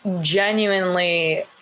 genuinely –